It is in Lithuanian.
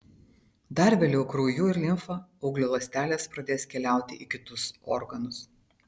dar vėliau krauju ir limfa auglio ląstelės pradės keliauti į kitus organus